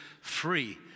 free